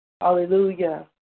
Hallelujah